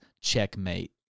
checkmate